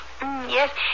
Yes